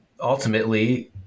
ultimately